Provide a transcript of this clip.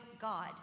God